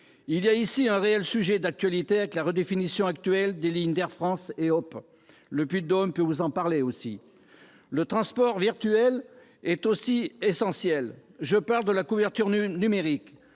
Il y a ici un réel sujet d'actualité avec la redéfinition actuelle des lignes d'Air France et de HOP !. Le Puy-de-Dôme peut vous en parler ! Le « transport virtuel » est aussi essentiel- je veux parler de la couverture numérique.